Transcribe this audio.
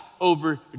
over